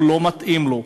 לא מתאים לו.